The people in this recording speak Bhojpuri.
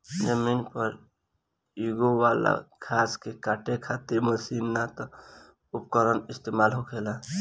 जमीन पर यूगे वाला घास के काटे खातिर मशीन ना त उपकरण इस्तेमाल होखेला